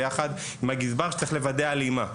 ויחד עם הגזבר שצריך לוודא הלימה.